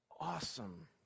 awesome